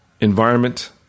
Environment